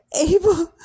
able